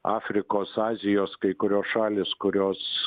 afrikos azijos kai kurios šalys kurios